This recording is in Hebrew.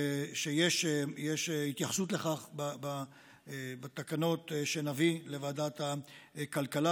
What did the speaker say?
שיש התייחסות לכך בתקנות שנביא לוועדת הכלכלה.